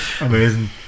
Amazing